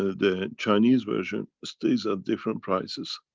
the chinese version stays at different prices.